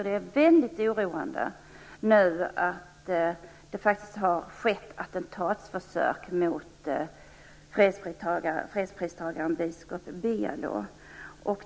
Det är väldigt oroande att det nu har skett attentatsförsök mot fredspristagaren biskop Belo.